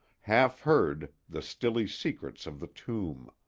half-heard, the stilly secrets of the tomb.